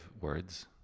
words